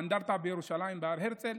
באנדרטה בירושלים בהר הרצל,